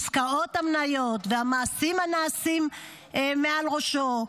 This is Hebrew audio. עסקאות המניות והמעשים הנעשים מעל ראשו.